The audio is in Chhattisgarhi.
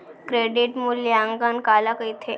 क्रेडिट मूल्यांकन काला कहिथे?